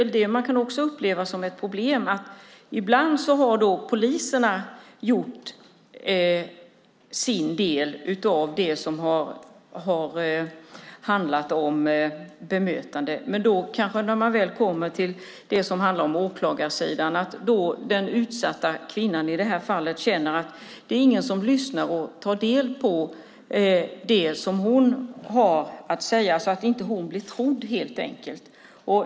Något som man kan uppleva som ett problem är att poliserna ibland har gjort sin del av bemötandet men när man väl kommer till åklagarsidan kan den utsatta kvinnan känna att det inte är någon som lyssnar på henne och tar del av det som hon har att säga. Hon blir helt enkelt inte trodd.